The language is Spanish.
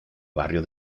barrio